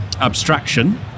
abstraction